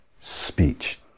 speech